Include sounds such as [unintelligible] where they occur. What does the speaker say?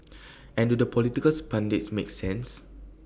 and do the political [unintelligible] pundits make sense